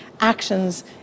actions